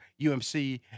UMC